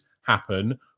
happen